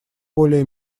более